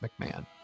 McMahon